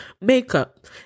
makeup